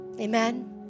Amen